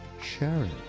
Sharon